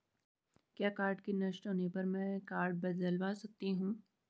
क्या कार्ड के नष्ट होने पर में कार्ड बदलवा सकती हूँ?